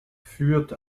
führt